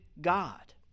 God